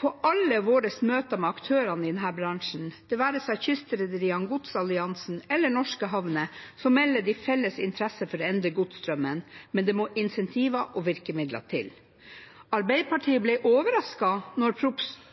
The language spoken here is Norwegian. På alle våre møter med aktørene i denne bransjen, det være seg Kystrederiene, Godsalliansen eller Norske havner, melder de felles interesse for å endre godsstrømmene, men det må incentiver og virkemidler til. Arbeiderpartiet ble